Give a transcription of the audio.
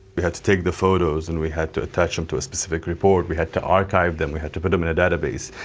we had to take the photos and we had to attach them to a specific report. we had to arcade them, we had to put them in a database,